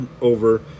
over